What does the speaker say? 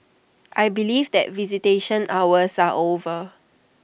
I believe that visitation hours are over